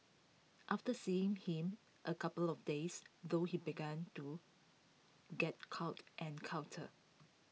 after seeing him A couple of days though he began to get cuter and cuter